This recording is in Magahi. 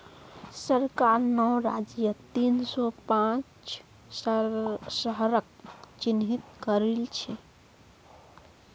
सरकार नौ राज्यत तीन सौ पांच शहरक चिह्नित करिल छे